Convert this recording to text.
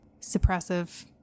suppressive